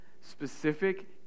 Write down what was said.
specific